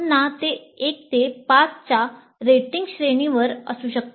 पुन्हा ते 1 ते 5 च्या रेटिंग श्रेणीवर असू शकते